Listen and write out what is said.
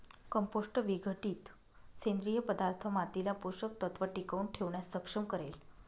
compost विघटित सेंद्रिय पदार्थ मातीला पोषक तत्व टिकवून ठेवण्यास सक्षम करेल